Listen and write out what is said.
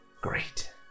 great